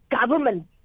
government